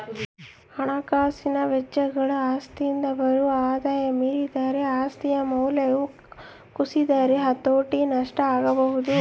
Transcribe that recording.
ಹಣಕಾಸಿನ ವೆಚ್ಚಗಳು ಆಸ್ತಿಯಿಂದ ಬರುವ ಆದಾಯ ಮೀರಿದರೆ ಆಸ್ತಿಯ ಮೌಲ್ಯವು ಕುಸಿದರೆ ಹತೋಟಿ ನಷ್ಟ ಆಗಬೊದು